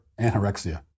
anorexia